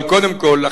אבל קודם כול,